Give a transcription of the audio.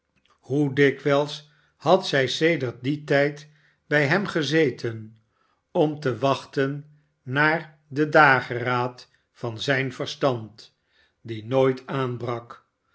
hoe dikwijls had zij sedert dien tijd bij hem gezeten om te wachten naar den dageraad van zijn verstand die nooit aanbrak